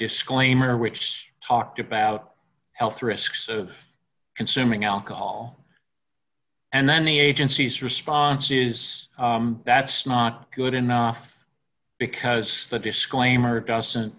disclaimer which talked about health risks of consuming alcohol and then the agency's response is that's not good enough because the disclaimer d